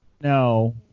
No